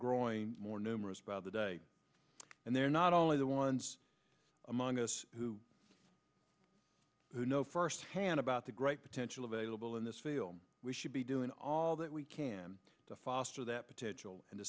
growing more numerous by the day and they're not only the ones among us who know firsthand about the great potential available in this field we should be doing all that we can to foster that potential and t